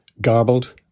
garbled